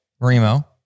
Remo